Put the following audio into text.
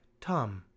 Tom